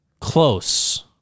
close